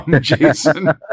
Jason